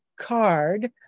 card